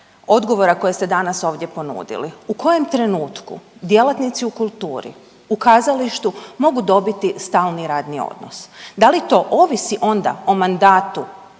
odgovora koje ste danas ovdje ponudili. U kojem trenutku djelatnici u kulturi u kazalištu mogu dobiti stalni radni odnos? Da li to ovisi onda o mandatu